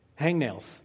hangnails